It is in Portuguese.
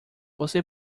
você